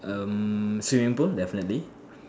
um swimming pool definitely